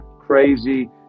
crazy